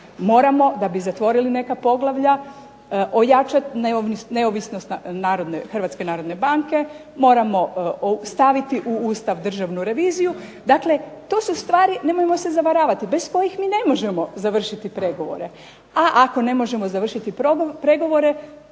Moramo da bi zatvorili neka poglavlja, ojačati neovisnost Hrvatske narodne banke, moramo staviti u Ustav Državnu reviziju, to su stvari nemojmo se zavaravati, bez kojih mi ne možemo završiti pregovore, a ako ne možemo završiti pregovore,